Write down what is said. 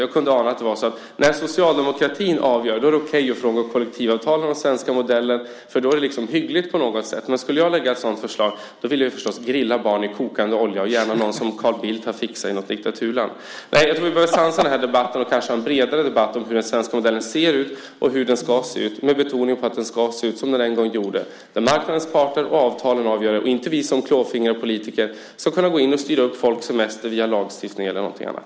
Jag kunde ana att det var så att när socialdemokratin avgör är det okej att frångå kollektivavtalen och den svenska modellen. Då är det hyggligt på något sätt. Men om jag skulle lägga fram något förslag vill jag förstås grilla barn i kokande olja - gärna något som Carl Bildt har fixat i ett diktaturland. Vi bör nog sansa debatten och kanske ha en bredare debatt om hur den svenska modellen ser ut och hur den ska se ut - med betoning på att den ska se ut som den en gång gjorde, där marknadens parter och avtalen avgör, inte där vi som klåfingriga politiker ska gå in och styra upp folks semester via lagstiftningen eller annat.